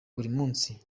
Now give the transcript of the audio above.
munsi